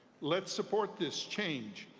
let's support this change